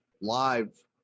live